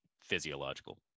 physiological